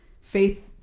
Faith